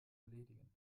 erledigen